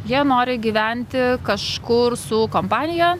jie nori gyventi kažkur su kompanija